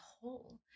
whole